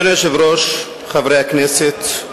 אדוני היושב-ראש, חברי הכנסת,